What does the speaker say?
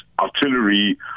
artillery